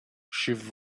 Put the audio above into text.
she